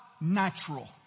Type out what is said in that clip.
natural